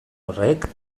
horrek